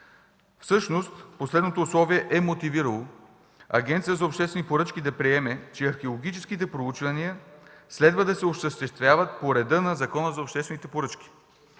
Всъщност последното условие е мотивирало Агенцията за обществени поръчки да приеме, че археологическите проучвания следва да се осъществяват по реда на Закона за обществените поръчки.